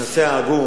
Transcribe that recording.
הנושא העגום